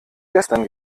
gestern